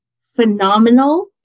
phenomenal